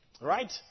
Right